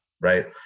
right